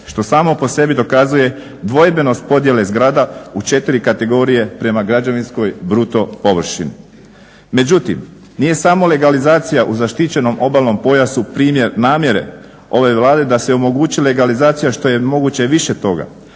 što samo po sebi dokazuje dvojbenost podjele zgrada u četiri kategorije prema građevinskoj bruto površini. Međutim, nije samo legalizacija u zaštićenom obalnom pojasu primjer namjere ove Vlade da se omogući legalizacija što je moguće više toga,